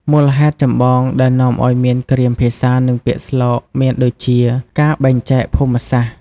មូលហេតុចម្បងដែលនាំឲ្យមានគ្រាមភាសានិងពាក្យស្លោកមានដូចជា ការបែកចែកភូមិសាស្ត្រ។